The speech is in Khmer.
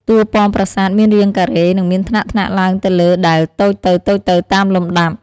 តួប៉មប្រាសាទមានរាងការ៉េ និងមានថ្នាក់ៗឡើងទៅលើដែលតូចទៅៗតាមលំដាប់។